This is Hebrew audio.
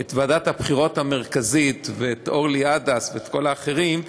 את ועדת הבחירות המרכזית ואת אורלי עדס ואת כל האחרים,